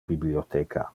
bibliotheca